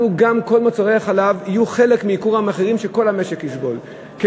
שכל מוצרי החלב יהיו חלק מייקור המחירים שכל המשק יסבול מהם,